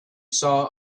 saw